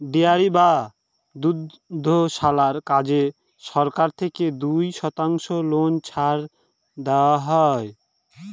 dairy বা দুগ্ধশালার কাজে সরকার থেকে দুই শতাংশ লোন ছাড় দেওয়া হয়